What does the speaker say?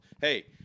Hey